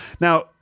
Now